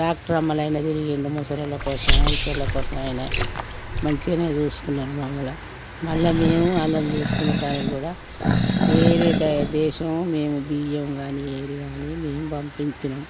doctor అమ్మలు అండ తిరిగిండు ముసలి వాళ్ళ కోసం వయసు వాళ్ళ కోసం అయినే మంచిగానే చూసుకున్నారు మమ్ముల మళ్ళీ మేము వాళ్ళని చూసుకునటానికి గూడా వేరే దా దేశం మేము బియ్యం గాని ఏది గానీ మేము పంపించినామ్